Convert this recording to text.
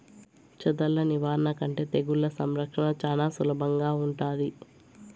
చెదల నివారణ కంటే తెగుళ్ల సంరక్షణ చానా సులభంగా ఉంటాది